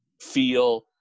feel